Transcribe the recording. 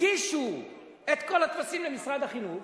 הגישו את כל הטפסים למשרד החינוך,